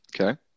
okay